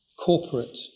corporate